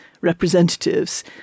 representatives